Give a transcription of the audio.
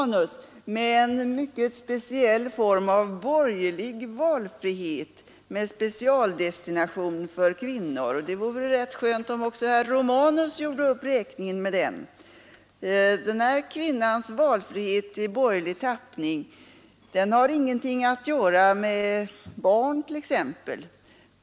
Det gäller en borgerlig valfrihet med specialdestination för kvinnor. Det vore väl rätt skönt om också herr Romanus gjorde upp räkningen med den. Kvinnans valfrihet i borgerlig tappning har ingenting att göra med t.ex. barn.